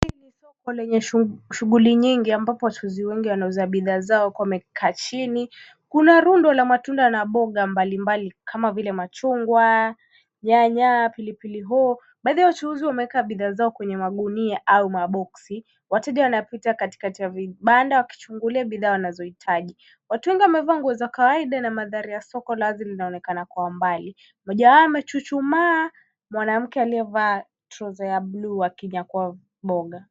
Hii ni soko lenye shuguli nyingi ambapo wachuuzi wengi wanauza bidhaa zao wakiwa wamekaa chini. Kuna rundo la matunda na mboga mbali mbali kama vile machungwa , nyanya , pilipili hoho. Baadhi ya wachuuzi wameeka bidhaa zao kwenye gunia au maboksi. Wateja wanapita katikati ya vibanda wakichungulia bidhaa wanazo hitaji. Watu wengi wamevaa nguo za kawaida na mandhari ya soko la wazi linaonekana kwa umbali. Mmoja wao amechuchumaa, mwanamke aliyevaa trouser ya bluu akinyakua mboga.